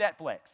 Netflix